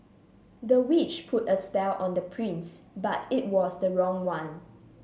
the witch put a spell on the prince but it was the wrong one